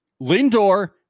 Lindor